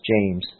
James